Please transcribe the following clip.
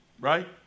right